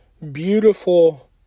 beautiful